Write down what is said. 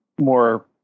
more